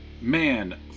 Man